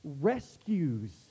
rescues